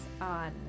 on